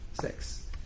six